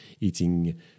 eating